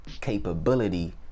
capability